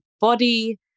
body